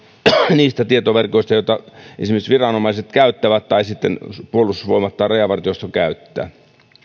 niistä tietoverkoista joita esimerkiksi viranomaiset käyttävät tai puolustusvoimat tai rajavartiosto käyttää